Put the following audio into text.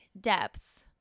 depth